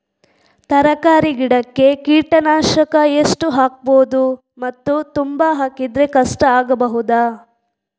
ತರಕಾರಿ ಗಿಡಕ್ಕೆ ಕೀಟನಾಶಕ ಎಷ್ಟು ಹಾಕ್ಬೋದು ಮತ್ತು ತುಂಬಾ ಹಾಕಿದ್ರೆ ಕಷ್ಟ ಆಗಬಹುದ?